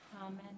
Amen